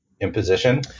imposition